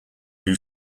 new